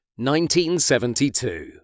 1972